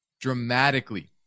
Dramatically